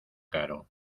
caro